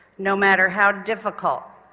no matter how difficult,